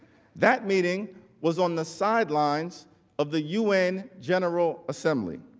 that meeting was on the sidelines of the un general assembly.